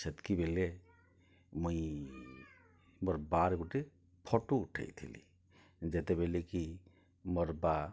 ସେତିକିବେଲେ ମୁଇଁ ମୋର୍ ବାଆର୍ ଗୋଟେ ଫଟୋ ଉଠେଇଥିଲି ଯେତେବେଲେ କି ମୋର୍ ବା